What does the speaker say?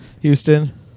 Houston